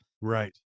Right